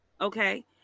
okay